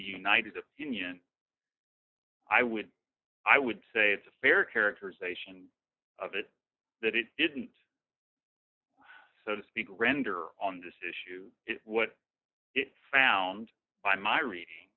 the united opinion i would i would say it's a fair characterization of it that it didn't so to speak render on this issue what it found by my reading